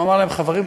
הוא אמר להם: חברים,